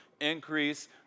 increase